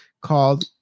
called